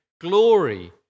glory